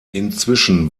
inzwischen